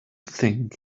thing